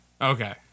Okay